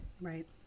right